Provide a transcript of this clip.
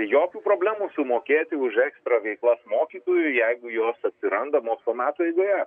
jokių problemų sumokėti už ekstra veiklas mokytojų jeigu jos atsiranda mokslo metų eigoje